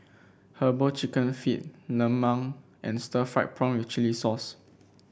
herbal chicken feet lemang and Stir Fried Prawn with Chili Sauce